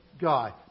guy